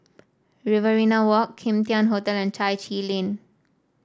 Riverina Walk Kim Tian Hotel and Chai Chee Lane